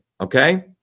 Okay